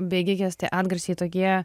bėgikės tie atgarsiai tokie